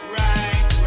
right